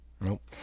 Nope